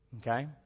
Okay